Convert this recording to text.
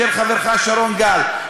של חברך שרון גל,